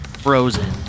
frozen